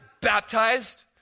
baptized